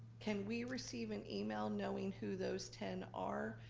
can we receive an email knowing who those ten are?